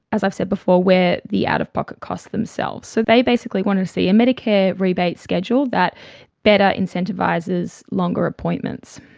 as i've said before, wear the out-of-pocket costs themselves. so they basically want to see a medicare rebate schedule that better incentivises longer appointments.